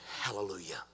hallelujah